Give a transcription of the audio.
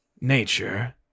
Nature